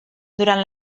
durant